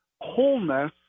wholeness